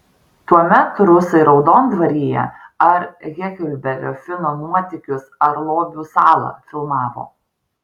tuomet rusai raudondvaryje ar heklberio fino nuotykius ar lobių salą filmavo